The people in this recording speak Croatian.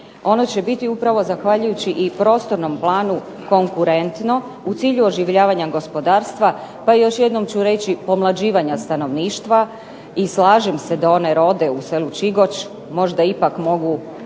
ono će biti upravo zahvaljujući i prostornom planu konkurentno u cilju oživljavanja gospodarstva pa i još jednom ću reći pomlađivanja stanovništva. I slažem se da one rode u selu Čigoč možda ipak mogu